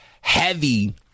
heavy